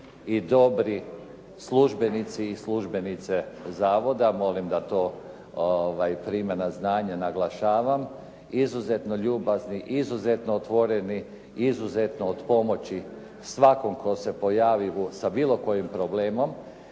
i dobri službenici i službenice zavoda, molim da to prime na znanje, naglašavam, izuzetno ljubazni, izuzetno otvoreni, izuzetno od pomoći svakom tko se pojavi sa bilo kakvim problemom